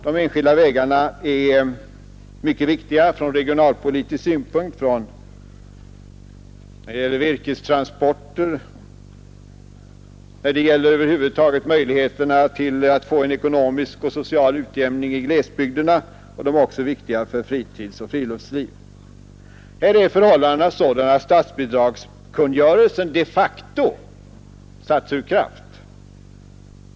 De enskilda vägarna är mycket viktiga från regionalpolitisk synpunkt när det gäller virkestransporter, när det över huvud taget gäller möjligheterna att få en ekonomisk och social utjämning i glesbygderna, och de är även viktiga för fritidsoch friluftsliv. Här är förhållandena sådana att statsbidragskungörelsen de facto satts ur kraft.